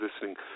listening